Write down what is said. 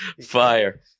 Fire